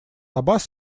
аббас